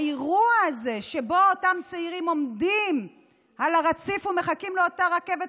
האירוע הזה שבו אותם צעירים עומדים על הרציף ומחכים לאותה רכבת,